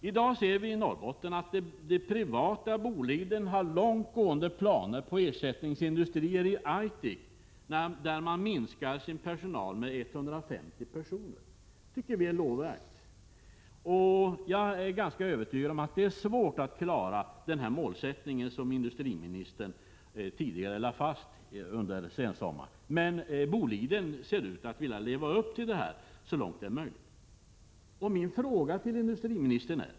I dag ser vi i Norrbotten att det privata Boliden har långtgående planer på ersättningsindustrier i Aitik, där personalen skall minskas med 150 personer, och det är lovvärt. Jag är ganska övertygad om att det är svårt att klara den målsättning som industriministern lade fram under sensommaren, men Boliden ser ut att vilja leva upp till det målet så långt möjligt.